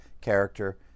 character